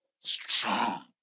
Strong